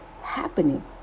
happening